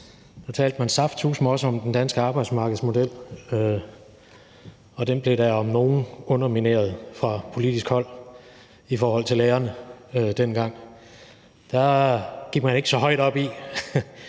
da talte man saftsuseme også om den danske arbejdsmarkedsmodel, og den blev da om nogen undermineret fra politisk hold. Dengang var det i forhold til lærerne, og da gik man ikke så højt op i